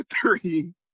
three